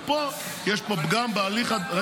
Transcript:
ופה יש פגם בהליך ------ יש הגבלים עסקיים.